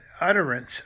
utterance